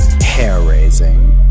hair-raising